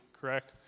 correct